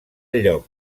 lloc